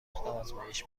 آزمایش